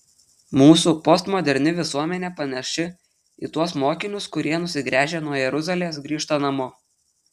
mūsų postmoderni visuomenė panaši į tuos mokinius kurie nusigręžę nuo jeruzalės grįžta namo